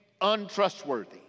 untrustworthy